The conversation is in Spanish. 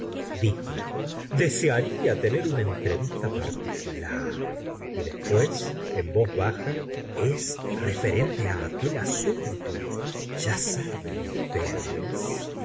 dijo desearia tener una entrevista particular y después en voz baja es referente á aquel asunto ya saben ustedes